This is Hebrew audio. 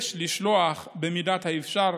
יש לשלוח, במידת האפשר,